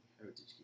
heritage